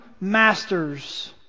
masters